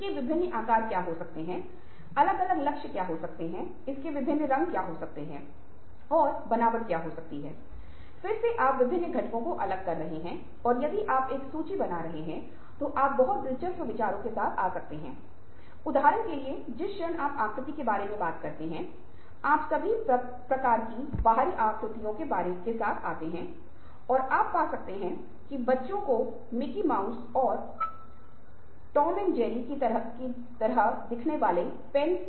इसलिए हमारे पास यह होना चाहिए कि हमें दूसरों को सुनने के लिए धैर्य रखना चाहिए क्योंकि यह कहा जाता है कि सुनना सभी संचार की जननी हैइसका मतलब है कि अगर हम एक अच्छे श्रोता नहीं हैं तो हम कभी भी एक अच्छे संचारक नहीं हो सकते क्योंकि हम दूसरों को कभी नहीं मना सकते हैं क्योंकि दूसरे पक्ष को लगेगा की समझते है कि ओह यह साथी केवल बोल रहा है और बोल रहा है और वह दूसरों को बोलने नहीं दे रहा है